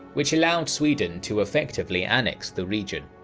which allowed sweden to effectively annex the region.